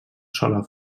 sola